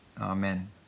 Amen